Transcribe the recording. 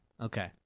Okay